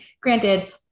granted